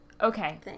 Okay